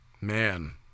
Man